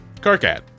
Carcat